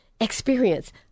experience